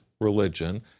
religion